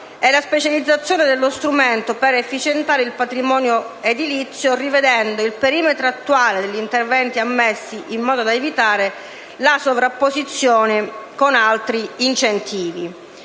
e la specializzazione dello strumento per efficientare il patrimonio edilizio rivedendo il perimetro attuale degli interventi ammessi, in modo da evitare la sovrapposizione con altri incentivi.